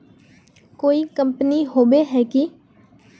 कोई कंपनी होबे है की?